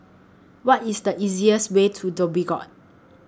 What IS The easiest Way to Dhoby Ghaut